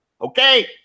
Okay